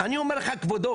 אני אומר לך כבודו,